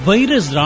Virus